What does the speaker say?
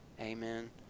Amen